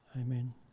Amen